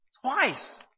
twice